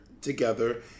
together